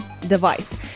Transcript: device